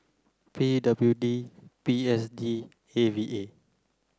P W D P S D A V A